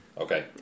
Okay